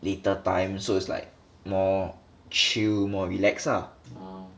later time so it's like more chill more relax ah